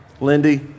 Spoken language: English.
Lindy